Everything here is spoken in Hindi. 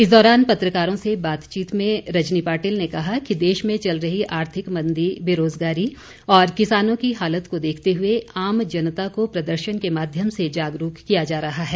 इस दौरान पत्रकारों से बातचीत में रजनी पाटिल ने कहा कि देश में चल रही आर्थिक मंदी और बेरोजगारी और किसानों की हालत को देखते हुए आम जनता को प्रदर्शन के माध्यम से जागरूक किया जा रहा है